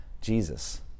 Jesus